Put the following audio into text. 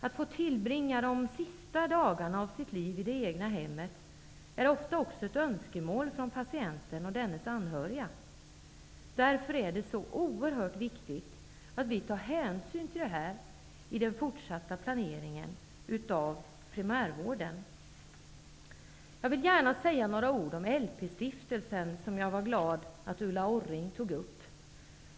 Att få tillbringa de sista dagarna av sitt liv i det egna hemmet är ofta också ett önskemål från patienten och dennes anhöriga. Därför är det oerhört viktigt att vi tar hänsyn till detta i den fortsatta planeringen av primärvården. Jag vill säga några ord om LP-stiftelsen. Jag är glad att Ulla Orring tog upp den.